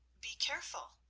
be careful,